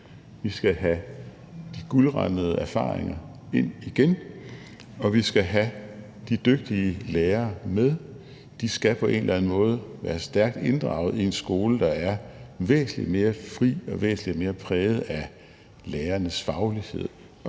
vi skal have de guldrandede erfaringer ind igen, og vi skal have de dygtige lærere med. De skal på en eller anden måde være stærkt inddraget i en skole, der er væsentlig mere fri og væsentlig mere præget af lærernes faglighed